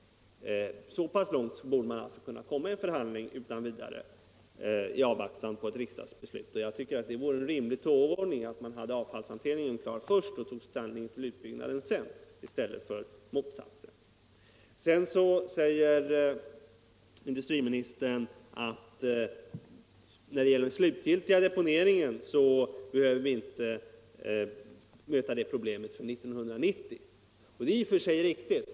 Så pass långt borde man utan vidare kunna komma i en förhandling, i avvaktan på ett riksdagsbeslut. Jag tycker att det vore en rimlig tågordning att man hade avfallshanteringen klar först och tog ställning till utbyggnaden sedan i stället för tvärtom. Sedan sade industriministern att när det gäller den slutgiltiga deponeringen behöver vi inte möta det problemet förrän 1990, och det är i och för sig riktigt.